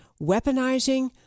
weaponizing